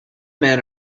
men